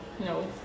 No